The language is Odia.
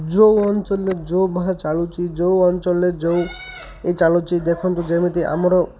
ଯେଉଁ ଅଞ୍ଚଲରେ ଯେଉଁ ଭାଷା ଚାଲୁଛି ଯେଉଁ ଅଞ୍ଚଲରେ ଯେଉଁ ଏଇ ଚାଲୁଛି ଦେଖନ୍ତୁ ଯେମିତି ଆମର